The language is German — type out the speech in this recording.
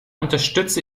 unterstütze